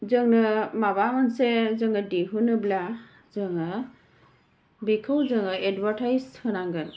जोंनो माबा मोनसे जोङो दिहुनोब्ला जोङो बेखौ जोङो एदबार्टाइस होनांगोन